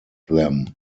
them